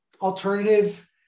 alternative